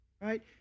right